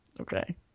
Okay